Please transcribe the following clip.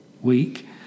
week